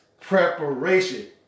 preparation